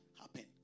happen